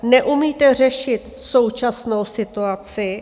Neumíte řešit současnou situaci.